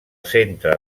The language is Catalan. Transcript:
centre